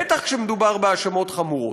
בטח כשמדובר בהאשמות חמורות.